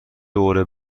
دور